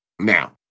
Now